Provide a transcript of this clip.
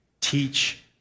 teach